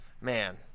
man